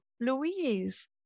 Louise